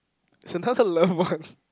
it's another love one